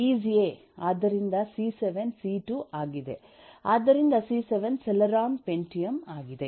ಆದ್ದರಿಂದ C seven C two ಆಗಿದೆ ಆದ್ದರಿಂದ ಸಿ7 ಸೆಲೆರಾನ್ ಪೆಂಟಿಯಮ್ ಆಗಿದೆ